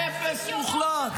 הפכת את כל המדינה למטורללת,